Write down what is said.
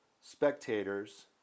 spectators